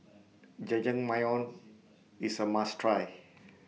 Jajangmyeon IS A must Try